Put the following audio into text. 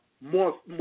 more